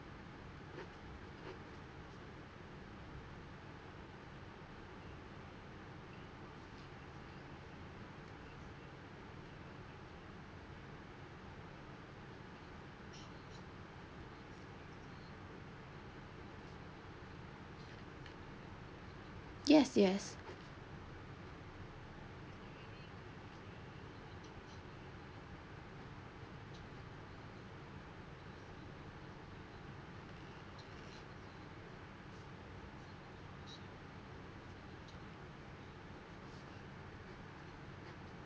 yes yes